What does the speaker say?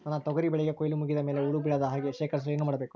ನನ್ನ ತೊಗರಿ ಬೆಳೆಗೆ ಕೊಯ್ಲು ಮುಗಿದ ಮೇಲೆ ಹುಳು ಬೇಳದ ಹಾಗೆ ಶೇಖರಿಸಲು ಏನು ಮಾಡಬೇಕು?